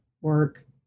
work